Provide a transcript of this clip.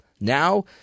Now